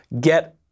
get